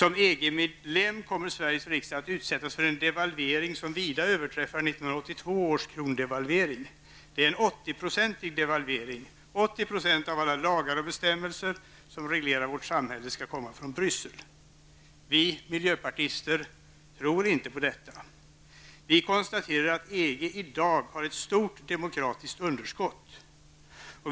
Om Sverige blir medlem i EG kommer Sveriges riksdag att utsättas för en devalvering som vida överträffar 1982 års krondevalvering. Det är en 80-procentig devalvering. 80 % av alla lagar och bestämmelser som reglerar vårt samhälle skall komma från Vi miljöpartister tror inte på detta. Vi konstaterar att EG i dag har ett stort demokratiskt underskott.